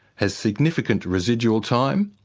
has significant residual time,